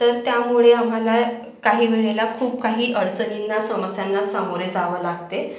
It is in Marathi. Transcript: तर त्यामुळे आम्हाला काही वेळेला खूप काही अडचणींना समस्यांना सामोरे जावं लागते